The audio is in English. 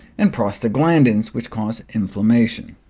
and prostaglandins, which cause inflammation.